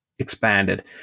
expanded